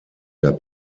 der